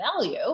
value